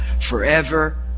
forever